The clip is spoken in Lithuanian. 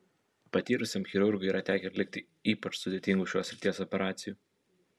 patyrusiam chirurgui yra tekę atlikti ypač sudėtingų šios srities operacijų